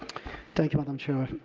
thank you, madam chair.